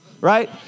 right